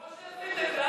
כמו שעשיתם בהר-הבית,